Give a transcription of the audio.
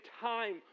time